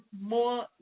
more